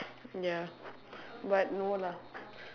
ya but no lah